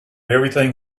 everything